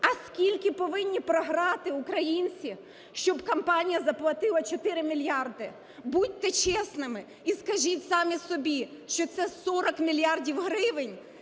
А скільки повинні програти українці, щоб компанія заплатила 4 мільярди? Будьте чесними і скажіть самі собі, що це 40 мільярдів гривень,